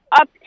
up